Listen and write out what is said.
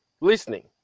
listening